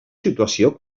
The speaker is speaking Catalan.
situació